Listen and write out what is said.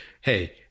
hey